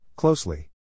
Closely